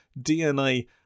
DNA